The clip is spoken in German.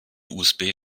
usb